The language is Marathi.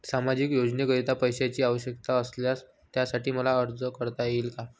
सामाजिक योजनेकरीता पैशांची आवश्यकता असल्यास त्यासाठी मला अर्ज करता येईल का?